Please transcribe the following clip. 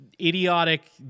idiotic